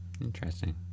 Interesting